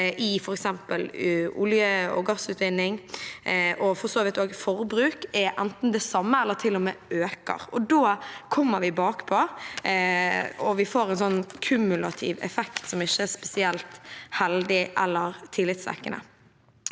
i f.eks. olje- og gassutvinning, og for så vidt også forbruk, enten er det samme eller til og med øker. Da kommer vi bakpå, og vi får en kumulativ effekt som ikke er spesielt heldig eller tillitsvekkende.